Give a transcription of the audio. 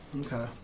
Okay